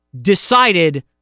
decided